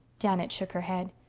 janet shook her head.